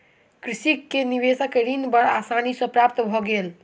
कृषक के निवेशक ऋण बड़ आसानी सॅ प्राप्त भ गेल